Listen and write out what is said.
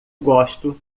gosto